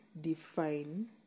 define